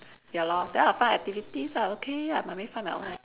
ya lor then I find activities ah okay ah mummy find my own activity